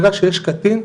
ברגע שיש קטין,